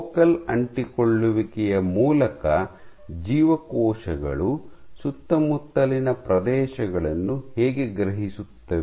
focal ಅಂಟಿಕೊಳ್ಳುವಿಕೆಯ ಮೂಲಕ ಜೀವಕೋಶಗಳು ಸುತ್ತಮುತ್ತಲಿನ ಪ್ರದೇಶಗಳನ್ನು ಹೇಗೆ ಗ್ರಹಿಸುತ್ತವೆ